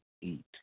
eat